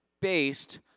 based